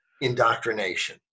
indoctrination